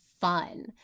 fun